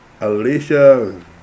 Alicia